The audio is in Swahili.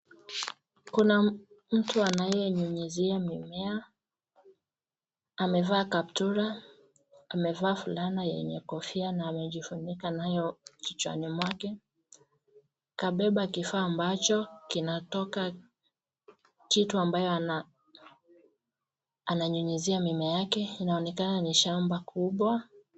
Kuna mtu anayenyunyuzia mimea. Amevaa kaptula. Amevaa fulana yenye kofia na amejifunika nayo kichwani mwake. Kabebe kifaa ambacho kinatoka kitu ambayo ananyunyuzia mimea yake. Inaonekana ni shamba kubwa.